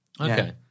Okay